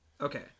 Okay